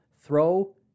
throw